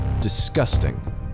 Disgusting